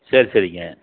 சரி சரிங்க